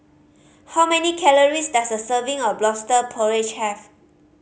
how many calories does a serving of Lobster Porridge have